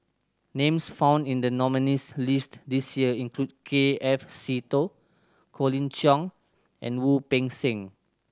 names found in the nominees' list this year include K F Seetoh Colin Cheong and Wu Peng Seng